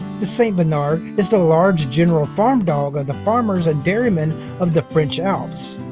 the st. bernard is the large general farm dog of the farmers and dairymen of the french alps,